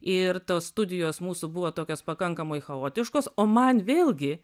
ir tos studijos mūsų buvo tokios pakankamai chaotiškos o man vėlgi